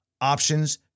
options